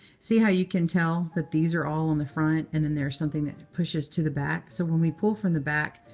see how you can tell that these are all on the front and then there's something that pushes to the back? so when we pull from the back,